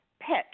pitch